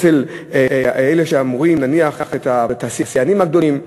אצל נניח התעשיינים הגדולים,